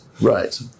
Right